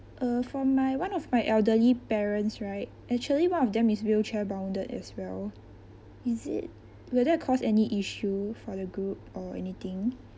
uh for my one of my elderly parents right actually one of them is wheelchair bounded as well is it whether it cause any issue for the group or anything